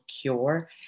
cure